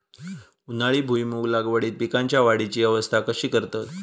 उन्हाळी भुईमूग लागवडीत पीकांच्या वाढीची अवस्था कशी करतत?